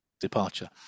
departure